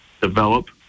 develop